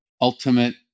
ultimate